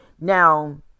Now